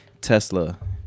Tesla